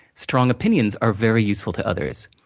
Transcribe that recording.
strong opinions are very useful to others.